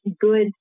good